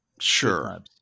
Sure